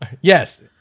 Yes